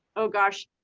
oh gosh,